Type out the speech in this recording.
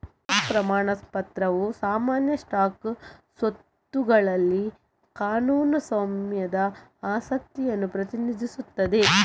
stock ಪ್ರಮಾಣ ಪತ್ರವು ಸಾಮಾನ್ಯ ಸ್ಟಾಕ್ ಸ್ವತ್ತುಗಳಲ್ಲಿ ಕಾನೂನು ಸ್ವಾಮ್ಯದ ಆಸಕ್ತಿಯನ್ನು ಪ್ರತಿನಿಧಿಸುತ್ತದೆ